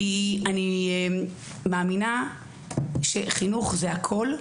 כי אני מאמינה שחינוך זה הכול.